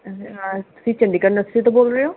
ਹਾਂ ਤੁਸੀਂ ਚੰਡੀਗੜ੍ਹ ਨਰਸਰੀ ਤੋਂ ਬੋਲ ਰਹੇ ਓਂ